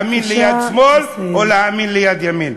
להאמין ליד שמאל או להאמין ליד ימין.